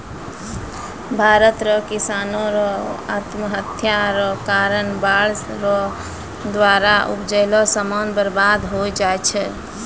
भारत रो किसानो रो आत्महत्या रो कारण बाढ़ रो द्वारा उपजैलो समान बर्बाद होय जाय छै